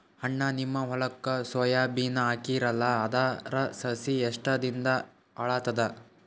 ಅಣ್ಣಾ, ನಿಮ್ಮ ಹೊಲಕ್ಕ ಸೋಯ ಬೀನ ಹಾಕೀರಲಾ, ಅದರ ಸಸಿ ಎಷ್ಟ ದಿಂದಾಗ ಏಳತದ?